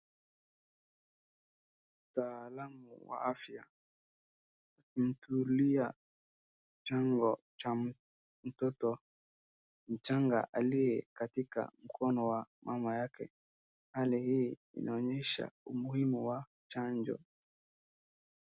Mtaalamu wa afya mtulia chanjo cha mtoto mchanga aliyekatika mkono wa mama yake hali hii inaonyesha umuhimu wa chanjo.